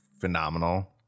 phenomenal